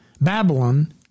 Babylon